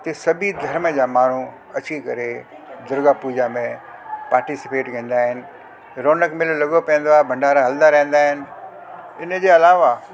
हिते सभई धर्म जा माण्हू अची करे दुर्गा पूजा में पाटीसीपेट कंदा आहिनि रौनक मेलो लॻो पवंदो आहे भंडारा हलंदा रहंदा आहिनि इनजे अलावा